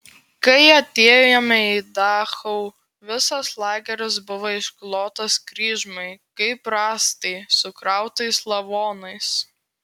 kai atėjome į dachau visas lageris buvo išklotas kryžmai kaip rąstai sukrautais lavonais